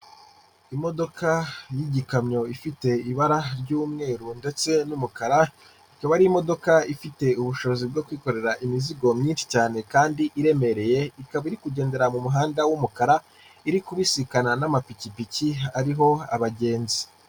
Imodoka y'igikamyo ifite ibara ry'umweru ndetse n'umukara ikaba ari imodoka ifite ubushobozi bwo kwikorera imizigo myinshi cyane kandi iremereye ikaba iri kugendera mu muhanda w'umukara iri kubisikana n'amapikipiki ariho abagenzi.